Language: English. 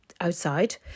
outside